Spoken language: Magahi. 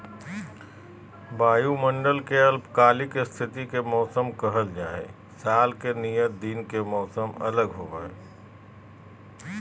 वायुमंडल के अल्पकालिक स्थिति के मौसम कहल जा हई, साल के नियत दिन के मौसम अलग होव हई